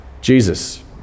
Jesus